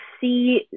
see